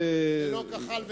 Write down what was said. ללא כחל ושרק.